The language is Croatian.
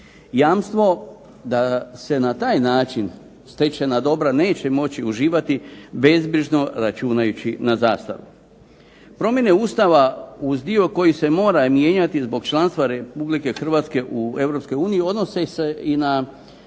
Jamstvo da se na taj način stečena dobra neće moći uživati bezbrižno računajući na zastaru. Promjene Ustava uz dio koji se mora mijenjati zbog članstva Republike Hrvatske u Europskoj uniji